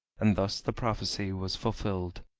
and thus the prophecy was fulfilled.